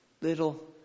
Little